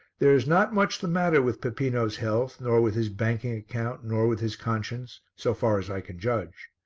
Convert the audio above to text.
there is not much the matter with peppino's health nor with his banking account nor with his conscience, so far as i can judge.